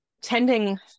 tending